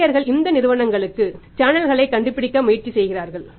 சப்ளையர்கள் இந்த நிறுவனங்களுக்கு சேனல்களை கண்டுபிடிக்க முயற்சி செய்கிறார்கள்